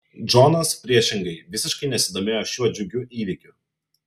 džonas priešingai visiškai nesidomėjo šiuo džiugiu įvykiu